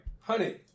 Honey